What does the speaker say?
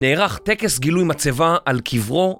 נערך טקס גילוי מצבה על קברו